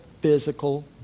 physical